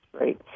right